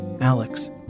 Alex